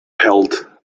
held